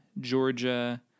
Georgia